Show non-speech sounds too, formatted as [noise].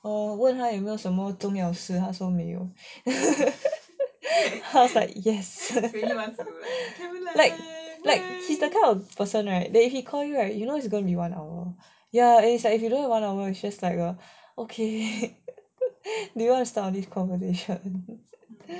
我问他有没有什么重要的是他说没有 ah [laughs] I was like yes like like he's the kind of person right that he call you right you know it's gonna be one on one ya and it's like if you don't wanna one on one is just like uh okay do you want to start this conversation